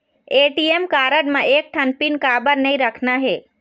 ATM card म एक ठन पिन काबर नई रखना हे?